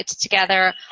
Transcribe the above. together